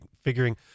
figuring